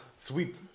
Sweet